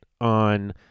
on